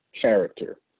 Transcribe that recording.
character